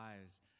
lives